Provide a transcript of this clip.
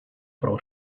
pro